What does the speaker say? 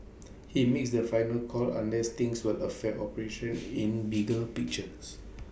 he makes the final call unless things will affect operations in bigger pictures